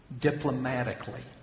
diplomatically